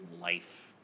life